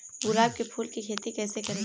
गुलाब के फूल की खेती कैसे करें?